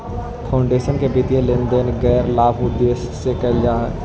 foundation के वित्तीय लेन देन गैर लाभ के उद्देश्य से कईल जा हई